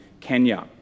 Kenya